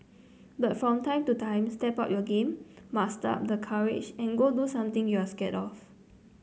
but from time to time step up your game muster up the courage and go do something you're scared of